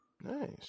Nice